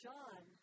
John